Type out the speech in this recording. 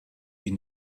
die